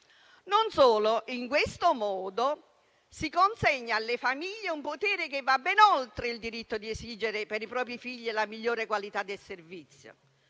Non solo, in questo modo si consegna alle famiglie un potere che va ben oltre il diritto di esigere per i propri figli la migliore qualità del servizio.